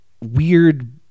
weird